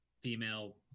female